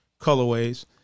colorways